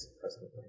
president